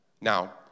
Now